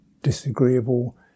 disagreeable